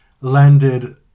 landed